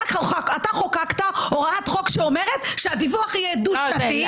אתה חוקקת הוראת חוק שאומרת שהדיווח יהיה דו שנתי.